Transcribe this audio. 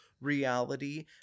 reality